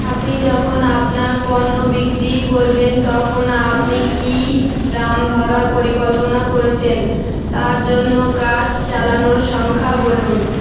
আপনি যখন আপনার পণ্য বিক্রি করবেন তখন আপনি কী দাম ধরার পরিকল্পনা করেছেন তার জন্য কাজ চালানোর সংখ্যা বলুন